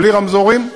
בלי רמזורים,